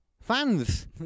Fans